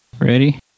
Ready